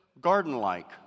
garden-like